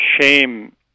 shame